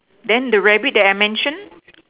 then the rabbit that I mention